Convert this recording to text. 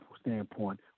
standpoint